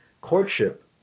courtship